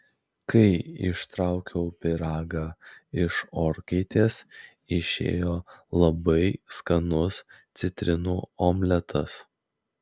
kai ištraukiau pyragą iš orkaitės išėjo labai skanus citrinų omletas